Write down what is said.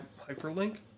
hyperlink